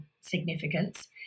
significance